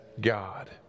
God